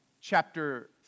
chapter